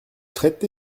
serait